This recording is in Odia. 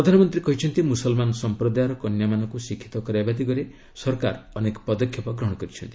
ପ୍ରଧାନମନ୍ତ୍ରୀ କହିଛନ୍ତି ମୁସଲମାନ ସମ୍ପ୍ରଦାୟର କନ୍ୟାମାନଙ୍କୁ ଶିକ୍ଷିତ କରାଇବା ଦିଗରେ ସରକାର ଅନେକ ପଦକ୍ଷେପ ଗ୍ରହଣ କରିଛନ୍ତି